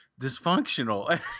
dysfunctional